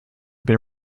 been